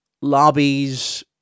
lobbies